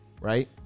right